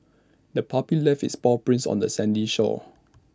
the puppy left its paw prints on the sandy shore